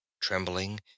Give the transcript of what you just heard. trembling